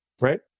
right